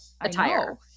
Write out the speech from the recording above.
attire